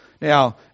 Now